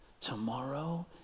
tomorrow